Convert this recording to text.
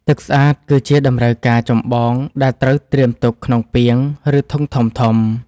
ទឹកស្អាតគឺជាតម្រូវការចម្បងដែលត្រូវត្រៀមទុកក្នុងពាង ឬធុងធំៗ។